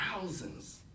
thousands